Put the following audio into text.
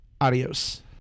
adios